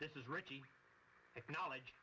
this is ricky acknowledge